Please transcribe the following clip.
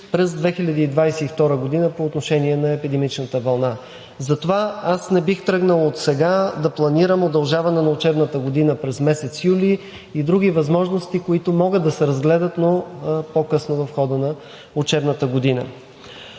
през 2022 г. по отношение на епидемичната вълна. Затова аз не бих тръгнал отсега да планирам удължаване на учебната година през месец юли и други възможности, които могат да се разгледат, но по-късно в хода на учебната година.